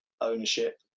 ownership